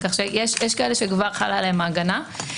כך שיש כאלה שכבר חלה עליהם ההגנה,